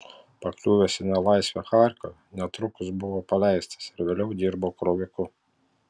pakliuvęs į nelaisvę charkove netrukus buvo paleistas ir vėliau dirbo kroviku